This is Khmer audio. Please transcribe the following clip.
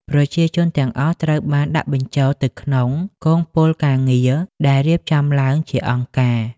ប្រជាជនទាំងអស់ត្រូវបានដាក់បញ្ចូលទៅក្នុង កងពលការងារ ដែលរៀបចំឡើងជាអង្គការ។